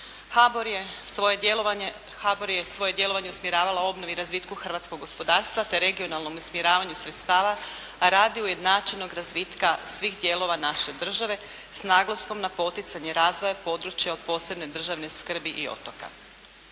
HBOR je svoje djelovanje usmjeravala obnovi i razvitku hrvatskog gospodarstva, te regionalnom usmjeravanju sredstava, a radi ujednačenog razvitka svih dijelova naše države s naglaskom na poticanje razvoja područja od posebne državne skrbi i otoka.